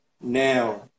now